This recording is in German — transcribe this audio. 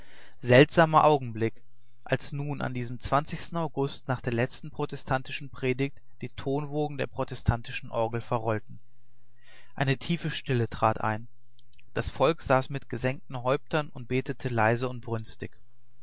seltsamer augenblick als nun an diesem zwanzigsten august nach der letzten protestantischen predigt die tonwogen der protestantischen orgel verrollten eine tiefe stille trat ein das volk saß mit gesenkten häuptern und betete leise und